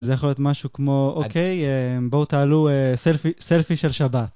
זה יכול להיות משהו כמו אוקיי בואו תעלו סלפי סלפי של שבת